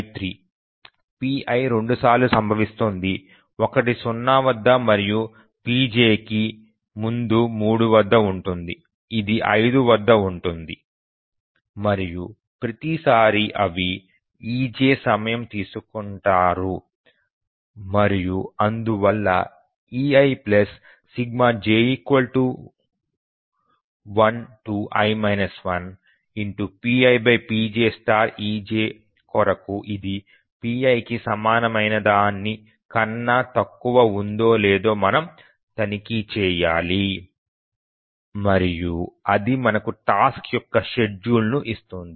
pi 2 సార్లు సంభవిస్తుంది ఒకటి 0 వద్ద మరియు మరొకటి pjకి ముందు 3 వద్ద ఉంటుంది ఇది 5 వద్ద ఉంటుంది మరియు ప్రతి సారీ అవి ej సమయం తీసుకుంటారు మరియు అందువల్ల eij1i 1pipjej కొరకు ఇది pi కి సమానమైనదాని కన్నా తక్కువగా ఉందో లేదో మనం తనిఖీ చేయాలి మరియు అది మనకు టాస్క్ యొక్క షెడ్యూల్ను ఇస్తుంది